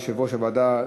יושב-ראש הוועדה,